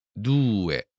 Due